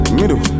middle